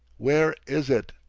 where is it?